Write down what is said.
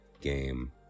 game